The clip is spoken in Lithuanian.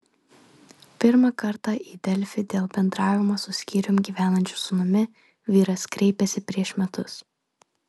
pirmą kartą į delfi dėl bendravimo su skyrium gyvenančiu sūnumi vyras kreipėsi prieš metus